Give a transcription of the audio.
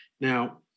Now